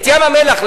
את ים-המלח,